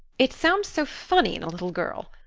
it sounds so funny in a little girl.